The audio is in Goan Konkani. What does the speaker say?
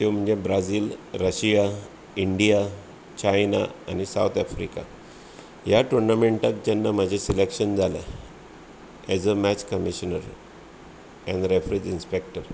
त्यो म्हणजे ब्राजील रशिया इंडिया चायना आनी सावथ अफ्रीका ह्या टु र्नामेंटाक जेन्ना म्हजें सिलेक्शन जालें as a match commissioner and referees inspector